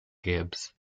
gibbs